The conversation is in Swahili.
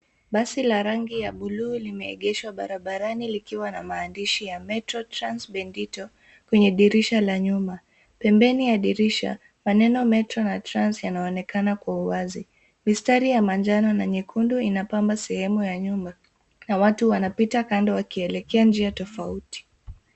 Basi la rangi ya bluu limeegeshwa barabarani, likiwa na maandishi ya Metro Trans Bendito, kwenye dirisha la nyuma. Pembeni mwa dirisha, maneno Metro na Trans yanaonekana kwa uwazi. Mistari ya manjano na nyekundu inapamba sehemu ya nyuma na watu wanapita kando wakielekea njia tofauti.